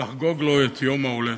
לחגוג לו את יום ההולדת.